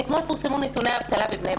אתמול פורסמו נתוני האבטלה בבני ברק.